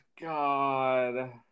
god